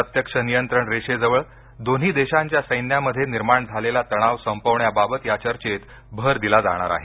प्रत्यक्ष नियंत्रण रेषेजवळ दोन्ही देशांच्या सैन्यामध्ये निर्माण झालेला तणाव संपवण्याबाबत या चर्चेत भर दिला जाणार आहे